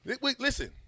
Listen